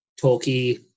talky